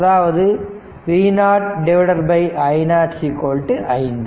அதாவது V0 i0 5